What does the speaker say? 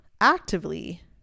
actively